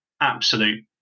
absolute